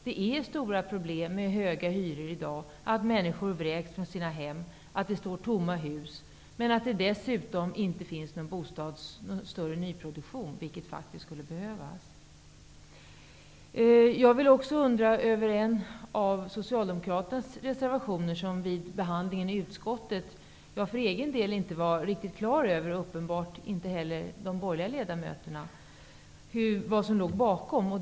Det är stora problem med höga hyror i dag, människor vräks från sina hem, det står tomma hus. Dessutom finns det inte någon större nyproduktion, vilken faktiskt skulle behövas. Jag undrar över en av Socialdemokraternas reservationer. Vid utskottsbehandlingen av denna blev jag för egen del inte klar över, uppenbarligen inte heller de borgerliga ledamöterna, vad som egentligen ligger bakom den.